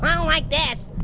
but don't like this.